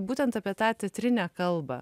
būtent apie tą teatrinę kalbą